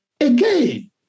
Again